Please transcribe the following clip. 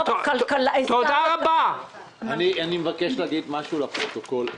אני מבקש להגיד משהו לפרוטוקול.